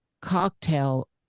cocktail